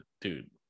dude